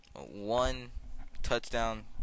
one-touchdown